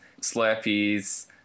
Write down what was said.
slurpees